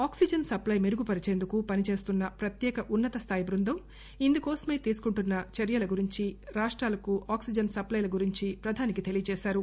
oxygen supply మెరుగుపరిచేందుకు పనిచేస్తున్న ప్రత్యేక ఉన్న తస్థాయి బృందం ఇందుకోసమై తీసుకుంటున్న చర్యల గురించి రాష్టాలకు ఆక్సిజన్ సప్లె గురించి ప్రధానికి తెలియజేశారు